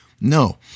no